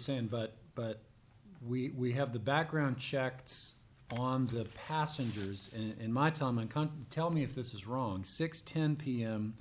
saying but but we have the background check on the passengers in my time in country tell me if this is wrong six ten pm